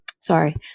Sorry